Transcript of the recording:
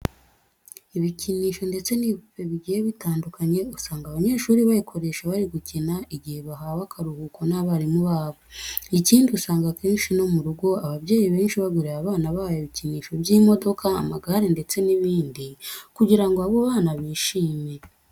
Ibikinisho ndetse n'ibipupe bigiye bitandukanye usanga abanyeshuri babikoresha bari gukina igihe bahawe akaruhuko n'abarimu babo. Ikindi usanga akenshi no mu rugo ababyeyi benshi bagurira abana babo ibikinisho by'imodoka, amagare ndetse n'ibindi kugira ngo abo bana bishime.